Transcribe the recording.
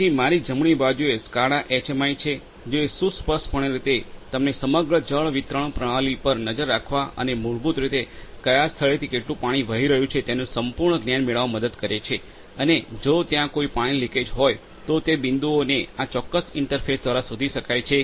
તેથી મારી જમણી બાજુએ સ્કાડા એચએમઆઈ છે જે સુસ્પષ્ટપણે રીતે તમને સમગ્ર જળ વિતરણ પ્રણાલી પર નજર રાખવા અને મૂળભૂત રીતે કયા સ્થળેથી કેટલું પાણી વહી રહ્યું છે તેનું સંપૂર્ણ જ્ઞાન મેળવવામાં મદદ કરે છે અને જો ત્યાં કોઈ પાણી લિકેજ હોય તો તે બિંદુઓને આ ચોક્કસ ઇન્ટરફેસ દ્વારા શોધી શકાય છે